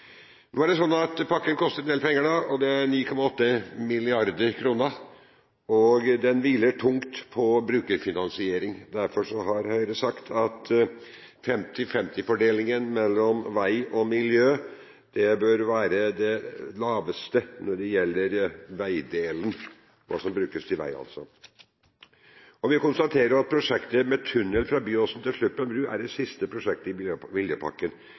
er det sånn at denne pakken koster en del penger, 9,8 mrd. kr, og den hviler tungt på brukerfinansiering. Derfor har Høyre sagt at 50/50-fordelingen mellom vei og miljø bør være det laveste når det gjelder veidelen – altså hva som brukes til vei. Vi konstaterer at prosjektet med tunnel fra Byåsen til Sluppen bru er det siste prosjektet i